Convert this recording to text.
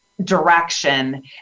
direction